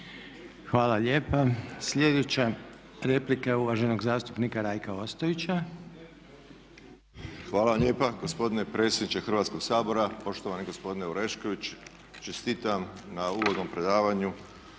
Hvala lijepa. Sljedeća replika je uvaženog zastupnika Rajka Ostojića. **Ostojić, Rajko (SDP)** Hvala vam lijepa gospodine predsjedniče Hrvatskog sabora, poštovani gospodine Orešković. Čestitam na uvodnom predavanju,